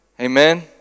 Amen